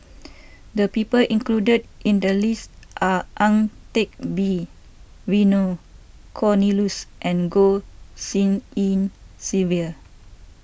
the people included in the list are Ang Teck Bee Vernon Cornelius and Goh Tshin En Sylvia